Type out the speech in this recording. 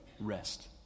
Rest